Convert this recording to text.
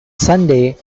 sunday